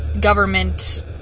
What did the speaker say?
government